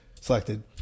selected